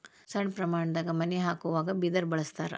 ಸಣ್ಣ ಪ್ರಮಾಣದಾಗ ಮನಿ ಹಾಕುವಾಗ ಬಿದರ ಬಳಸ್ತಾರ